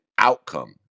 outcome